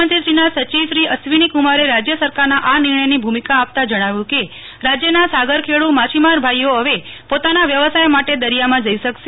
મુખ્યમંત્રીશ્રીના સચિવ શ્રી અશ્વિનીકુમારે રાજ્ય સરકારના આ નિર્ણયની ભૂમિકા આપતાં જણાવ્યું કે રાજ્યના સાગરખેડૂ માછીમાર ભાઇઓ ફવે પોતાના વ્યવસાય માટે દરિયામાં જઇ શકશે